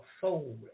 soul